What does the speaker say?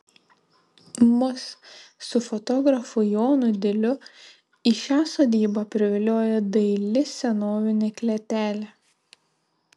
mus su fotografu jonu diliu į šią sodybą priviliojo daili senovinė klėtelė